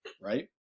right